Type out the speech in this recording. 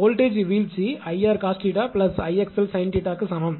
voltage வீழ்ச்சி 𝐼𝑟 cos 𝜃 𝐼𝑥𝑙 sin 𝜃 க்கு சமம்